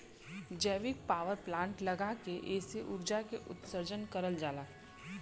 biogas power plant लगा के एसे उर्जा के उत्सर्जन करल जाला